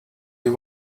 you